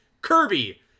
kirby